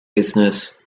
business